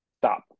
stop